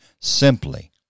simply